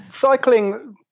Cycling